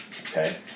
Okay